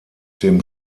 dem